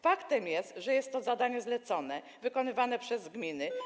Faktem jest, że jest to zadanie zlecone wykonywane przez gminy.